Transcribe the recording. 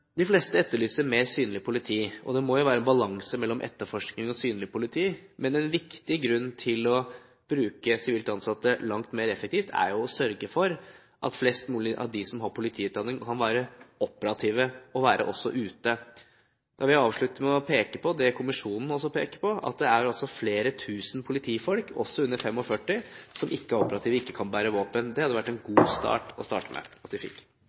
De fleste etterlyser mer synlig politi. Det må være en balanse mellom etterforskning og synlig politi, men en viktig grunn til å bruke sivilt ansatte langt mer effektivt, er å sørge for at flest mulig av dem som har politiutdanning, kan være operative og ute. Jeg vil avslutte med å peke på det kommisjonen også peker på, at det er flere tusen politifolk, også under 45 år, som ikke er operative og ikke kan bære våpen. Det hadde vært en